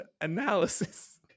analysis